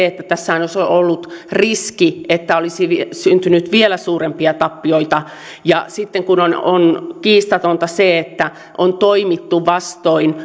että tässä on ollut riski että olisi syntynyt vielä suurempia tappioita ja kun on on kiistatonta se että on toimittu vastoin